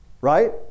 Right